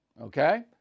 Okay